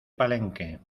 palenque